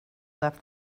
left